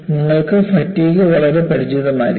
നിങ്ങൾക്ക് ഫാറ്റിഗ് വളരെ പരിചിതമായിരിക്കും